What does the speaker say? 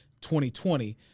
2020